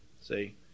see